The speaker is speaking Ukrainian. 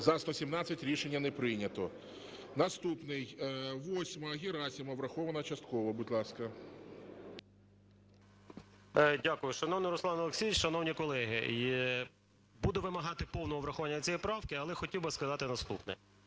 За-117 Рішення не прийнято. Наступна 8-а, Герасимов. Врахована частково. Будь ласка. 14:26:12 ГЕРАСИМОВ А.В. Дякую. Шановний Руслан Олексійович, шановні колеги, я буду вимагати повного врахування цієї правки. Але хотів би сказати наступне.